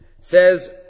Says